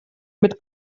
mit